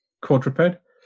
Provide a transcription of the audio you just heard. quadruped